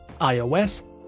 iOS